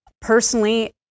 personally